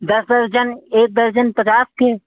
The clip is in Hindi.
दस दर्जन एक दर्जन पचास के